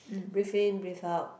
breathe in breathe out